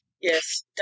Yes